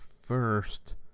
first